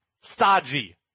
stodgy